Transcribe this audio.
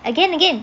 again again